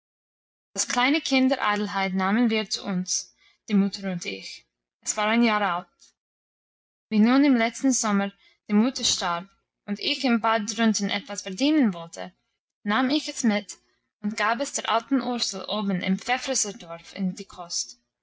das kleine kind der adelheid nahmen wir zu uns die mutter und ich es war ein jahr alt wie nun im letzten sommer die mutter starb und ich im bad drunten etwas verdienen wollte nahm ich es mit und gab es der alten ursel oben im pfäfferserdorf in die kost